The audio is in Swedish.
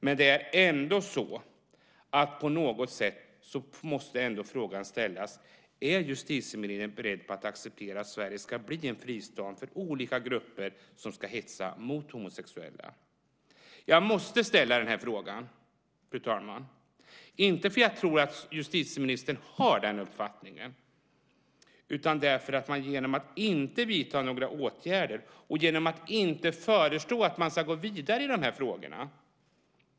Men på något sätt måste frågan ändå ställas: Är justitieministern beredd att acceptera att Sverige ska bli en fristad för olika grupper som ska hetsa mot homosexuella? Jag måste ställa denna fråga, inte för att jag tror att justitieministern har den uppfattningen utan därför att man inte vidtar några åtgärder och inte föreslår att man ska gå vidare i dessa frågor.